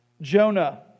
Jonah